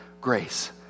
grace